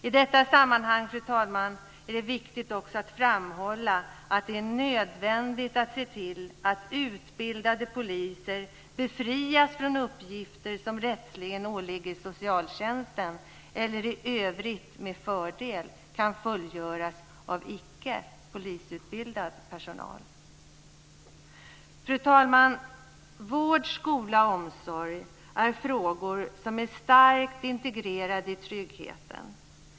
I detta sammanhang, fru talman, är det viktigt också att framhålla att det är nödvändigt att se till att utbildade poliser befrias från uppgifter som rätteligen åligger socialtjänsten eller i övrigt med fördel kan fullgöras av icke polisutbildad personal. Fru talman! Vård, skola och omsorg är frågor som är starkt integrerade i tryggheten.